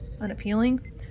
unappealing